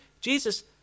Jesus